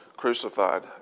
Crucified